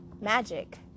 magic